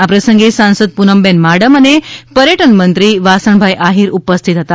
આ પ્રસંગે સાંસદ પૂનમબેન માડમ અને પર્યટન મંત્રી વાસણભાઈ આહિર ઉપસ્થિત હતા